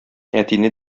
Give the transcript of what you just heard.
әтине